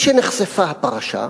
משנחשפה הפרשה,